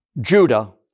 Judah